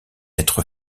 être